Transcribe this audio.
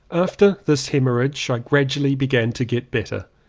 after this hemorrhage i gradually began to get better.